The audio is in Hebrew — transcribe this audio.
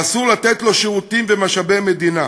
ואסור לתת לו שירותים ומשאבי מדינה.